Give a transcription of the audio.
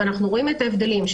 אנחנו רואים את ההבדלים,